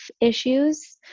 issues